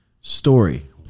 Story